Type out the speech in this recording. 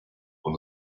con